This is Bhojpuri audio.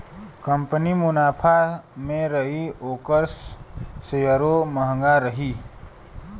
कंपनी मुनाफा मे रही ओकर सेअरो म्हंगा रही